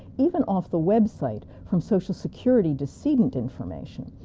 even off the website from social security decedent information,